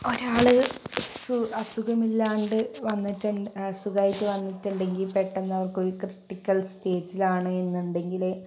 ഒരാൾ അസുഖമില്ലാതെ വന്നിട്ടി അസുഖമായിട്ട് വന്നിട്ടുണ്ടെങ്കിൽ പെട്ടെന്ന് അവർക്ക് ഒരു ക്രിട്ടിക്കൽ സ്റ്റേജിലാണ് എന്നുണ്ടെങ്കിൽ